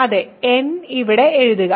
അതേ n ഇവിടെ എഴുതുക